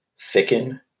thicken